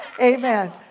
Amen